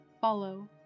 follow